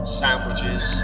sandwiches